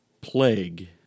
plague